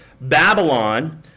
Babylon